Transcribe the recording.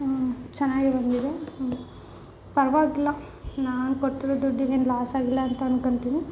ಚೆನ್ನಾಗೇ ಬಂದಿದೆ ಪರವಾಗಿಲ್ಲ ನಾನು ಕೊಟ್ಟಿರೋ ದುಡ್ಡಿಗೇನು ಲಾಸ್ ಆಗಿಲ್ಲ ಅಂತ ಅನ್ಕೊಂತಿನಿ